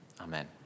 amen